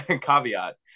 caveat